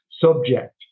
subject